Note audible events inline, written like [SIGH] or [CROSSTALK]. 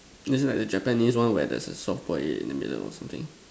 [NOISE] it's like the Japanese one where there's a soft boil egg in the middle or something